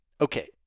Okay